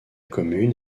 commune